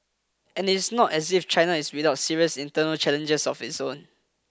and it is not as if China is without serious internal challenges of its own